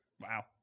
Wow